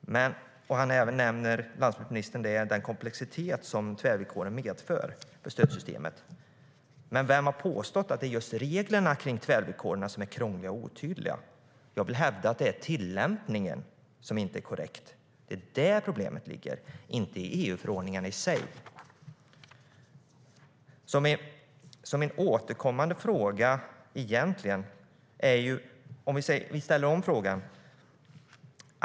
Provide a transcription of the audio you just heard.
Lantbruksministern nämner också den komplexitet som tvärvillkoren medför för stödsystemet. Men vem har påstått att det är just reglerna kring tvärvillkoren som är krångliga och otydliga? Jag vill hävda att det är tillämpningen som inte är korrekt. Det är där problemet ligger, inte i EU-förordningarna i sig. Jag vill upprepa min fråga.